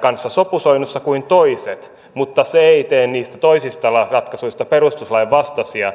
kanssa sopusoinnussa kuin toiset mutta se ei tee niistä toisista ratkaisuista perustuslain vastaisia